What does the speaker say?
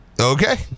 okay